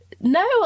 no